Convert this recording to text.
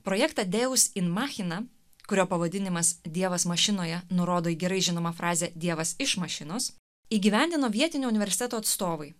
projektą deus in machina kurio pavadinimas dievas mašinoje nurodo į gerai žinomą frazę dievas iš mašinos įgyvendino vietinio universiteto atstovai